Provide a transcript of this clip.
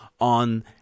on